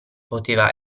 poteva